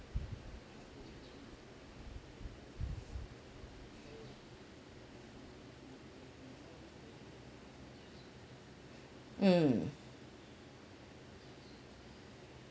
mm